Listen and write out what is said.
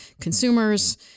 consumers